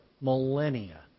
millennia